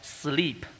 sleep